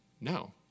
no